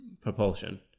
propulsion